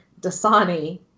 Dasani